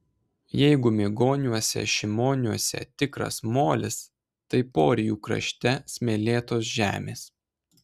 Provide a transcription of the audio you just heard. jeigu migoniuose šimoniuose tikras molis tai porijų krašte smėlėtos žemės